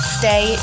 stay